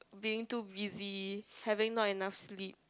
being too busy having not enough sleep